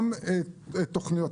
גם תוכניות,